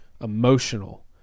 emotional